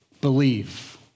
Believe